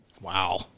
Wow